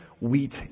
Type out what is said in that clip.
wheat